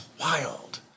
wild